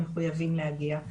הם מחויבים להגיע,